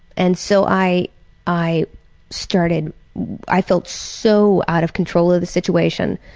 and so i i started i felt so out of control of the situation.